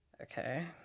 Okay